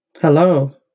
Hello